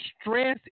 Stress